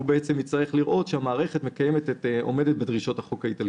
הוא יצטרך לראות שהמערכת עומדת בדרישות החוק האיטלקי.